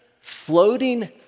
floating